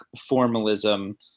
formalism